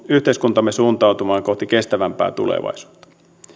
yhteiskuntamme suuntautumaan kohti kestävämpää tulevaisuutta